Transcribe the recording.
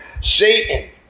Satan